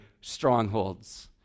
strongholds